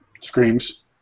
Screams